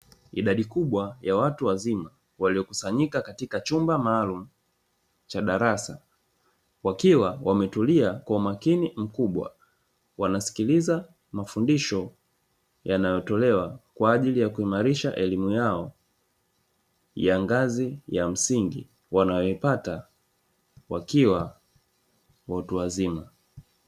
Idadi kubwa ya watu wazima waliyokusanyika katika chumba maalumu cha darasa wakiwa wametulia kwa umakini mkubwa, wanasikiliza mafundisho yanayotolewa kwa ajili ya kuimarisha elimu yao ya ngazi ya msingi wanayoipata wakiwa watu wazima.